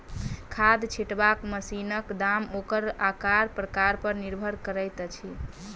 खाद छिटबाक मशीनक दाम ओकर आकार प्रकार पर निर्भर करैत अछि